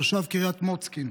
תושב קריית מוצקין,